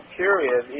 period